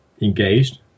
Engaged